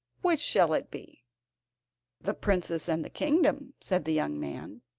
which shall it be the princess and the kingdom said the young man.